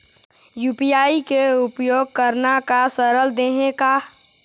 UPI के उपयोग करना का सरल देहें का?